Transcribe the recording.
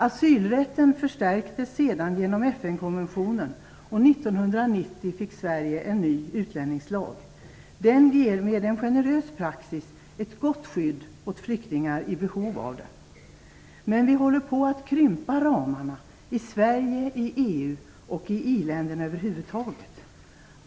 Asylrätten förstärktes genom FN-konventionen, och 1990 fick Sverige en ny utlänningslag. Den ger med en generös praxis ett gott skydd åt flyktingar i behov av det. Men vi håller på att krympa ramarna - i Sverige, i EU och i i-länderna över huvud taget.